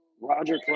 Roger